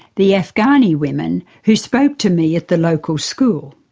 the afghani women who spoke to me at the local school.